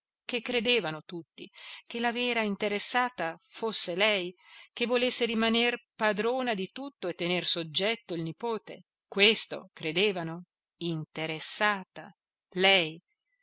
che credevano tutti che la vera interessata fosse lei che volesse rimaner padrona di tutto e tener soggetto il nipote questo credevano interessata lei